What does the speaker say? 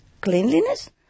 cleanliness